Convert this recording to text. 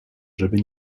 żeby